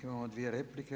Imamo dvije replika.